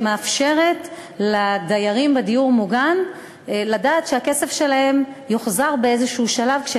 שמאפשרת לדיירים בדיור המוגן לדעת שהכסף שלהם יוחזר בשלב כלשהו,